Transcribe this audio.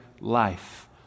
life